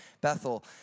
Bethel